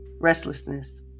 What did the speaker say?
restlessness